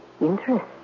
Interest